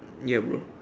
ya bro